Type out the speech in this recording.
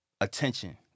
attention